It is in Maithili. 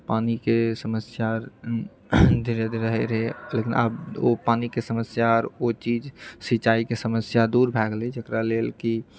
पानिके समस्या धीरे धीरे होइत रहै लेकिन आब ओ पानिके समस्या आर ओ चीज सिंचाइके समस्या दूर भए गेलै जकरा लेल कि